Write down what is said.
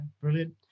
brilliant